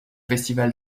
festival